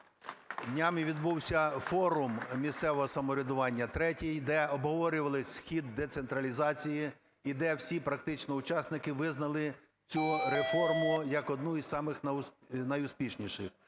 Днями відбувся форум місцевого самоврядування, третій, де обговорювали хід децентралізації і де всі практично учасники визнали цю реформу, як одну із самих найуспішніших.